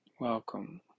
welcome